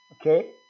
Okay